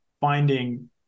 finding